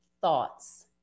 thoughts